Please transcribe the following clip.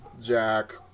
Jack